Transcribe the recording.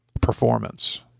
performance